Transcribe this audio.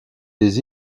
des